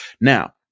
Now